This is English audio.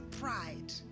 pride